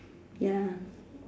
ya